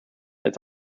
als